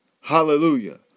hallelujah